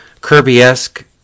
kirby-esque